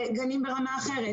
לגנים ברמה אחרת,